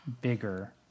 bigger